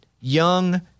young